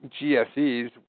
GSEs